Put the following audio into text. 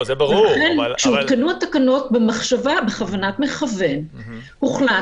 כשהותקנו התקנות בכוונת מכוון הוחלט